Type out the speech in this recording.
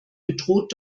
bedroht